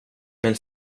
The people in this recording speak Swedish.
men